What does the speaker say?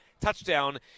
touchdown